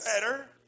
better